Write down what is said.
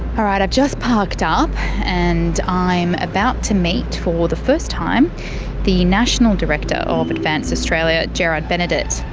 all right i've just parked up and i'm about to meet for the first time the national director of advance australia, gerard benedet.